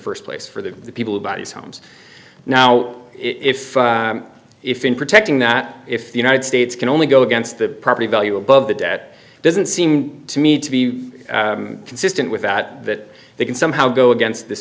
the st place for the people about these homes now if if in protecting that if the united states can only go against the property value above the debt doesn't seem to me to be consistent with that that they can somehow go against this